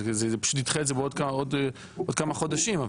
זה פשוט ידחה את זה בעוד כמה חודשים.